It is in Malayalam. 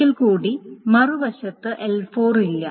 ഒരിക്കൽ കൂടി മറുവശത്ത് L4 ഇല്ല